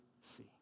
see